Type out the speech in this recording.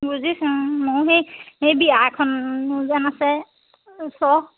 বুজিছোঁ ময়ো সেই সেই বিয়া এখন যে আছে ওচৰৰ